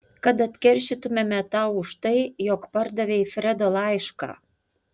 kad atkeršytumėme tau už tai jog pardavei fredo laišką